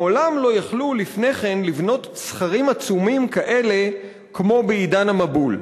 מעולם לא יכלו / לפני כן לבנות סכרים עצומים כאלה כמו בעידן / המבול.